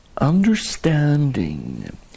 Understanding